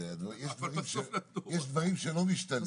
יש דברים שלא משתנים.